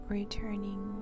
returning